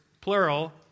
plural